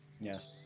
Yes